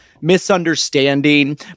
misunderstanding